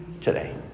today